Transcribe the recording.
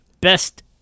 best